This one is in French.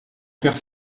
faire